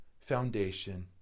foundation